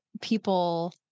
people